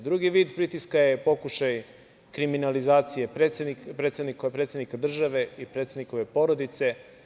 Drugi vid pritiska je pokušaj kriminalizacije predsednika države i predsednikove porodice.